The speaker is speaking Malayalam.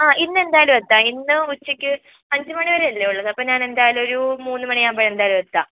ആ ഇന്ന് എന്തായാലും എത്താം ഇന്ന് ഉച്ചയ്ക്ക് അഞ്ച് മണിവരെയല്ലേ ഉള്ളത് അപ്പോൾ ഞാൻ എന്തായാലും ഒരു മൂന്നുമണിയാവുമ്പോൾ ഞാൻ എന്തായാലും എത്താം